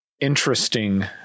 interesting